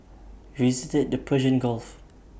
we visited the Persian gulf